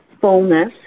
fullness